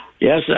Yes